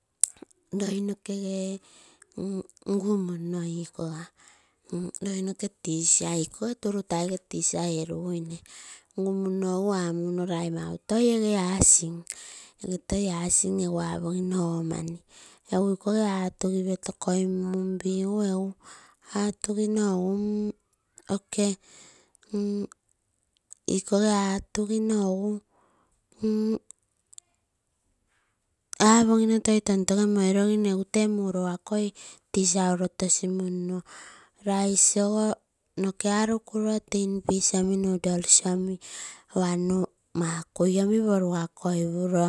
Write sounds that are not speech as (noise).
(noise) Loi nokege (hesitation) ngumunoo ikoga (hesitation) loi noke teacher iii ikoge turutai gere teacher eruguina. Egu nguno amuno-amuno lai mau toi igiloge asing, egu toi asing egu apogino mani. Egu igikoge atugipio tokoimungu atotugino egu oke, (hesitation) igikoge atugino egu oke mm apogino egu toi tontoge moirogim egu tee muroo akoi teacher uro tosimuno rice ogo noke arukuro tinfish omi noodles omi, wanu makui omi porugakoi puro